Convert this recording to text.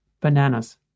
bananas